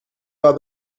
راه